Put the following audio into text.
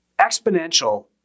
Exponential